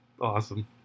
Awesome